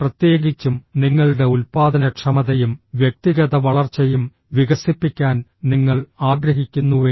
പ്രത്യേകിച്ചും നിങ്ങളുടെ ഉൽപ്പാദനക്ഷമതയും വ്യക്തിഗത വളർച്ചയും വികസിപ്പിക്കാൻ നിങ്ങൾ ആഗ്രഹിക്കുന്നുവെങ്കിൽ